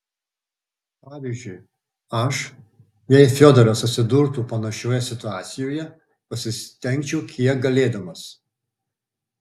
pavyzdžiui aš jei fiodoras atsidurtų panašioje situacijoje pasistengčiau kiek galėdamas